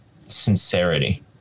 sincerity